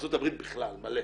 ארצות הברית בכלל מלא,